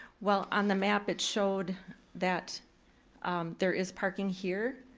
well, on the map it showed that there is parking here,